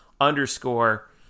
underscore